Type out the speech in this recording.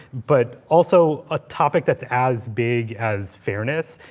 but also a topic that's as big as fairness,